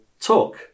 talk